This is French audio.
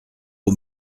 aux